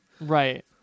Right